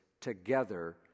together